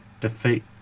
defeat